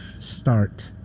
start